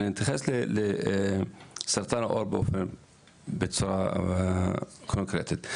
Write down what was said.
אני אתייחס לסרטן העור בצורה קונקרטית.